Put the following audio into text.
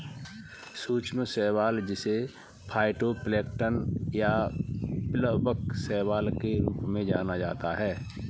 सूक्ष्म शैवाल जिसे फाइटोप्लैंक्टन या प्लवक शैवाल के रूप में भी जाना जाता है